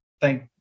Thank